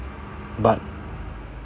but